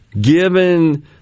given